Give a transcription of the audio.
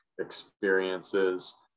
experiences